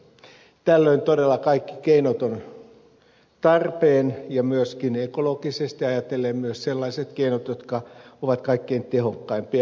tällöin todella kaikki keinot ovat tarpeen ja myöskin ekologisesti ajatellen myös sellaiset keinot jotka ovat kaikkein tehokkaimpia